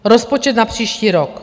Rozpočet na příští rok.